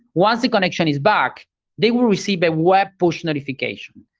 once the connection is back they will receive a web push notification,